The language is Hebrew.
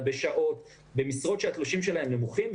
במשרות שהתלושים שלהן נמוכים,